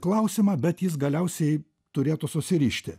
klausimą bet jis galiausiai turėtų susirišti